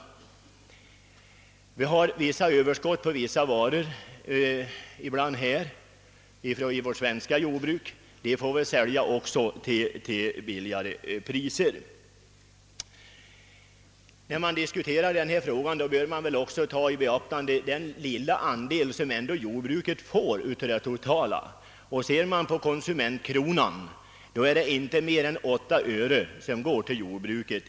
Ibland har vi själva överskott på vissa varor och dem måste även vi sälja till lägre priser. Hänsyn måste också tagas till att jordbruket erhåller en mycket liten del av det totala priset på jordbruksprodukterna — av konsumentkronan går endast åtta öre till jordbruket.